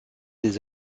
des